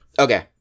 Okay